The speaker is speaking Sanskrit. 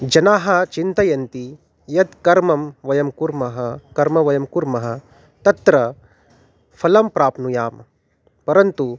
जनाः चिन्तयन्ति यत् कर्मं वयं कुर्मः कर्मं वयं कुर्मः तत्र फलं प्राप्नुयां परन्तु